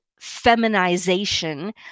feminization